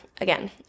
again